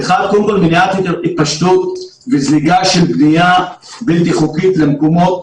היא קודם כול מניעת ההתפשטות וזליגה של בנייה בלתי חוקית למקומות